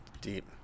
Deep